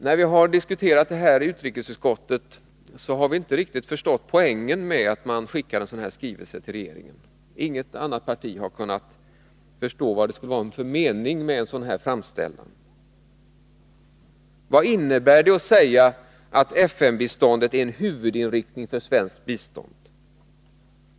När vi har diskuterat detta i utrikesutskottet har vi inte riktigt förstått poängen med att skicka en sådan skrivelse till regeringen. Inget annat parti har kunnat förstå vad det skulle vara för mening med en sådan framställan. Vad innebär det när man säger att FN-biståndet skall vara en huvudinriktning för svenskt bistånd?